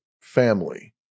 family